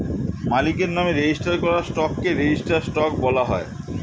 মালিকের নামে রেজিস্টার করা স্টককে রেজিস্টার্ড স্টক বলা হয়